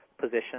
position